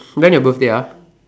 when your birthday ah